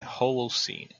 holocene